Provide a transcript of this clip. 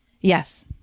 Yes